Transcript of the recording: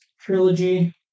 trilogy